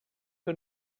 que